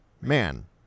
man